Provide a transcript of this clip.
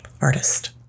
artist